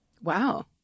Wow